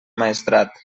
maestrat